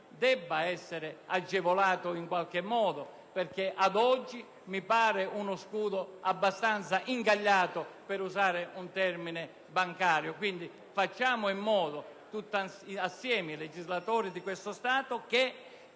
debbano essere agevolate in qualche modo, perché ad oggi mi sembra uno scudo abbastanza incagliato (per usare un termine bancario). Facciamo dunque in modo (tutti assieme i legislatori di questo Stato) che